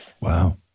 Wow